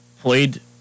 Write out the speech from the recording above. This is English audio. played